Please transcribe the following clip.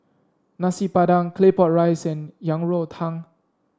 Nasi Padang Claypot Rice and Yang Rou Tang